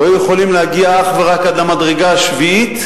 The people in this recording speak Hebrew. והיו יכולים להגיע אך ורק עד המדרגה השביעית,